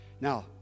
Now